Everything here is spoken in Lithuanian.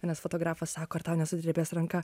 vienas fotografas sako ar tau nesudrebės ranka